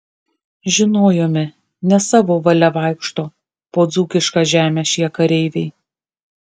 žinojome ne savo valia vaikšto po dzūkišką žemę šie kareiviai